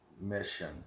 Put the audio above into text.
mission